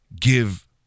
give